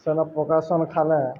ସେନ ପକାସନ୍ ଖାଲେ